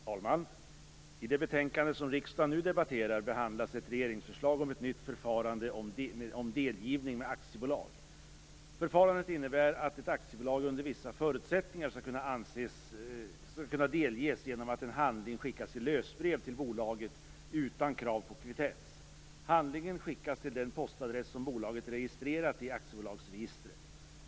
Herr talman! I det betänkande som riksdagen nu debatterar behandlas ett regeringsförslag om ett nytt förfarande vid delgivning med aktiebolag. Förfarandet innebär att ett aktiebolag under vissa förutsättningar skall kunna delges genom att en handling skickas i lösbrev till bolaget utan krav på kvittens. Handlingen skall skickas till den postadress som bolaget har registrerat i aktiebolagsregistret.